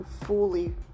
fully